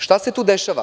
Šta se tu dešava?